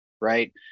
right